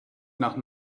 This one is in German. nach